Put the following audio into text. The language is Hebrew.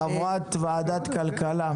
חברת ועדת הכלכלה,